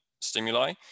stimuli